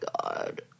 God